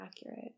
accurate